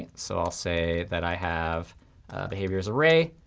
and so i'll say that i have behaviors array.